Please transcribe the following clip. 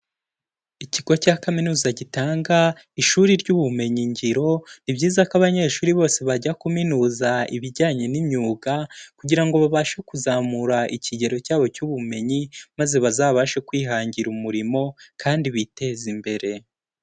Ikigo cya kaminuza gitanga ishuri ry'ubumenyi ngiro, ni byiza ko abanyeshuri bose bajya kuminuza ibijyanye n'imyuga kugira ngo babashe kuzamura ikigero cyabo cy'ubumenyi, maze bazabashe kwihangira umurimo kandi biteze imbere.